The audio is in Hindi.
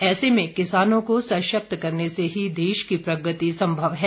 ऐसे में किसानों को सशक्त करने से ही देश की प्रगति संभव है